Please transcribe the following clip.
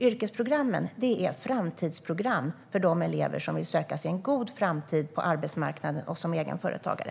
Yrkesprogrammen är framtidsprogram för de elever som vill skapa sig en god framtid på arbetsmarknaden och som egenföretagare.